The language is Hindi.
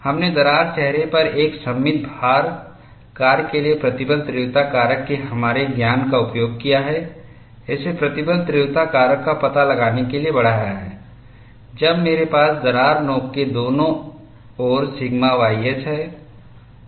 हमने दरार चेहरे पर एक सममित भार कार्य के लिए प्रतिबल तीव्रता कारक के हमारे ज्ञान का उपयोग किया है इसे प्रतिबल तीव्रता कारक का पता लगाने के लिए बढ़ाया है जब मेरे पास दरार नोक के दोनों ओर सिग्मा ys हैं